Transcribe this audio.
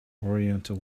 oriental